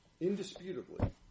indisputably